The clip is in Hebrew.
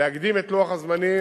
להקדים את לוח הזמנים,